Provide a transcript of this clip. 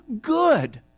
good